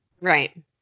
Right